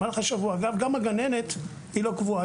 גם הגננת היא לא קבועה.